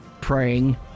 praying